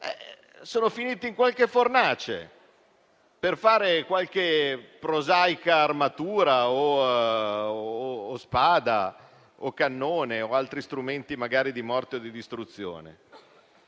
sono finiti in qualche fornace per creare qualche prosaica armatura o spada o cannone o altri strumenti magari di morte o di distruzione.